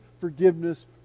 forgiveness